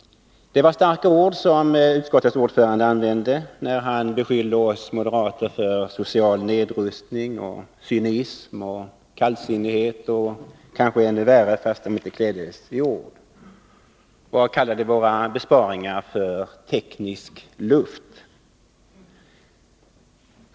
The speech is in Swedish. Utskottets ordförande tog till starka ord. Han beskyllde oss moderater för social nedrustning, cynism och kallsinnighet. Kanske åsyftade han något ännu värre, fastän han inte klädde detta i ord. När han talade om våra förslag till besparingar använde han uttrycket ”teknisk luft”.